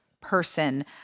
person